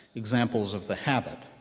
examples of the habit.